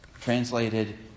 Translated